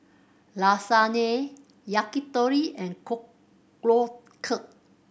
Lasagna Yakitori and Korokke